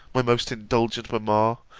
my most indulgent mamma,